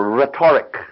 rhetoric